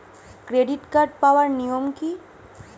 Credit card পাওয়ার নিয়ম কী?